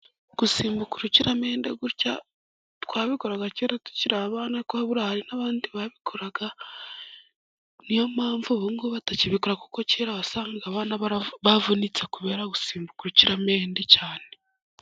Gusimbuka urukiramende gutya twabikoraga kera tukiri abana kuko hari n'abandi babikoraga. Niyo mpamvu ubu ngubu batakibikora kuko kera wasanga bavunitse kubera gusimbuka urukiramende cyane.